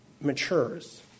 Matures